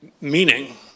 meaning